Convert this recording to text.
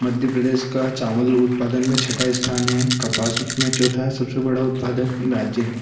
मध्य प्रदेश का चावल उत्पादन में छठ स्थान है कपास में चौथा सबसे बड़ा उत्पादक राज्य है